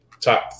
top